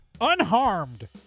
unharmed